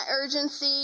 urgency